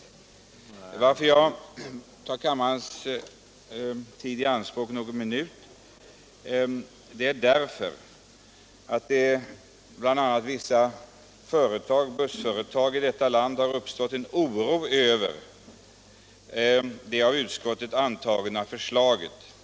Anledningen till att jag tar kammarens tid i anspråk några minuter är att det bl.a. i vissa bussföretag har uppstått en oro över det av utskottet antagna förslaget.